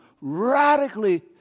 radically